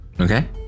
Okay